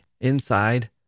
Inside